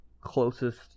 closest